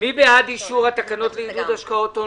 מי בעד אישור התקנות לעידוד השקעות הון,